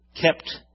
kept